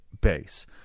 base